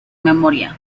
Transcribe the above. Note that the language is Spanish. memoria